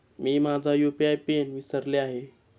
मी माझा UPI PIN विसरले आहे